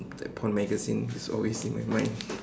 that porn magazine is always in my mind